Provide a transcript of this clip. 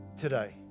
today